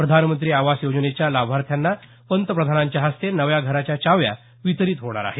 प्रधानमंत्री आवास योजनेच्या लाभार्थ्यांना पंतप्रधानांच्या हस्ते नव्या घराच्या चाव्या वितरित होणार आहेत